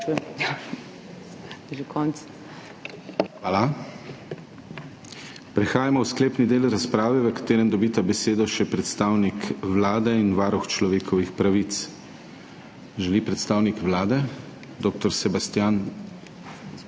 Hvala. Prehajamo v sklepni del razprave, v katerem dobita besedo še predstavnik Vlade in varuh človekovih pravic. Želi predstavnik Vlade? (Da.) Državni sekretar